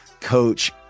coach